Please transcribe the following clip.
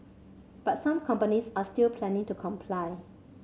but some companies are still planning to comply